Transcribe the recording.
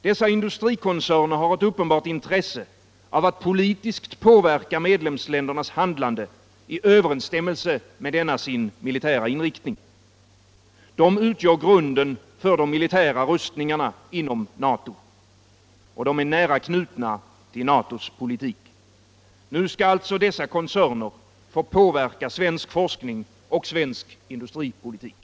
Dessa industrikoncerner har ett uppenbart intresse av att politiskt påverka medlemsländernas handlande i överens stämmelse med denna sin militära inriktning. Det utgör grunden för Nr 43 de militära rustningarna inom NATO. De är nära knutna till NATO:s Torsdagen den politik. Nu skall alltså dessa koncerner få påverka svensk forskning och 11 december 1975 svensk industripolitik.